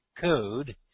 Code